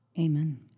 amen